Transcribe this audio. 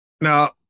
Now